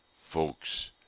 Folks